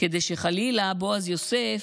כדי שבועז יוסף,